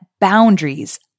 boundaries